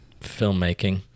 filmmaking